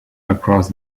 across